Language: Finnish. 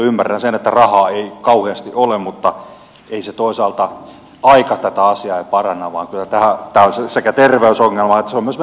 ymmärrän sen että rahaa ei kauheasti ole mutta ei toisaalta aika tätä asiaa paranna vaan tämä on sekä terveysongelma että myös varallisuusongelma